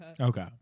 Okay